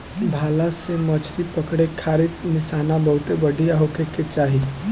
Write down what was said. भाला से मछरी पकड़े खारित निशाना बहुते बढ़िया होखे के चाही